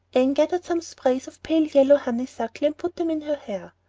anne gathered some sprays of pale-yellow honeysuckle and put them in her hair.